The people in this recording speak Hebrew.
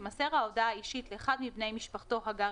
תימסר ההודעה האישית לאחד מבני משפחתו הגר